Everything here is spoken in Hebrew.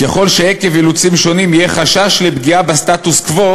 ככל שעקב אילוצים שונים יהיה חשש לפגיעה בסטטוס-קוו"